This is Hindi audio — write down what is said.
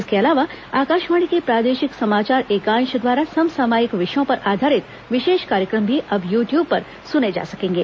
इसके अलावा आकाशवाणी के प्रादेशिक समाचार एकांश द्वारा समसामयिक विषयों पर आधारित विशेष कार्यक्रम भी अब यू ट्यूब पर सुने जा सकेंगे